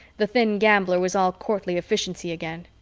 the thin gambler was all courtly efficiency again.